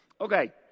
Okay